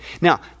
Now